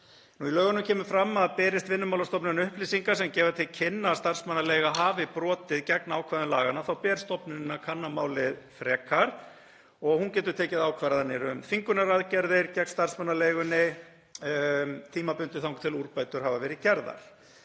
Í lögunum kemur fram að berist Vinnumálastofnun upplýsingar sem gefa til kynna að starfsmannaleiga hafi brotið gegn ákvæðum laganna ber stofnuninni að kanna málið frekar og hún getur tekið ákvarðanir um þvingunaraðgerðir gegn starfsmannaleigunni tímabundið þangað til úrbætur hafa verið gerðar.